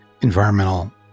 environmental